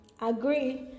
agree